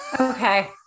Okay